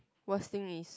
worst thing is